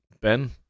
Ben